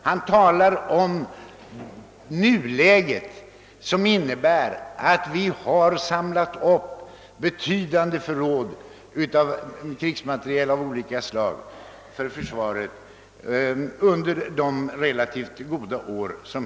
Han talar om nuläget som kännetecknas av att vi samlat betydande förråd av krigsmateriel av olika slag för försvaret under de hittills relativt goda åren.